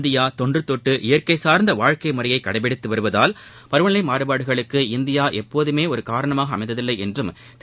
India தொன்றுதொட்டு இயற்கை சார்ந்த வாழ்க்கை முறையை கடைபிடித்து வருவதால் பருவநிலை மாறுபாடுகளுக்கு இந்தியா எப்போதுமே ஒரு காரணமாக அமைந்ததில்லை என்றும் திரு